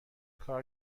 کار